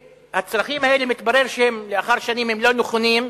והצרכים האלה, כשמתברר לאחר שנים שהם לא נכונים,